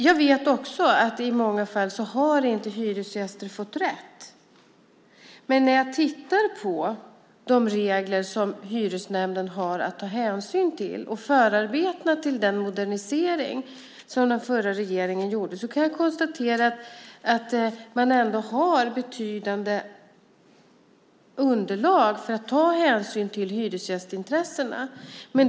Jag vet att i många fall har hyresgäster inte fått rätt. Men när jag tittar på de regler som hyresnämnderna har att hänsyn till, och förarbetena till den modernisering som den förra regeringen lät göra, kan jag konstatera att man har betydande underlag för att ta hänsyn till hyresgästintressena.